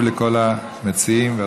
העורף והאזרחים לא היו רגועים,